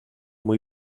muy